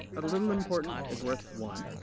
a little important is worth one.